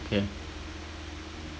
okay